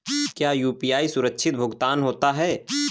क्या यू.पी.आई सुरक्षित भुगतान होता है?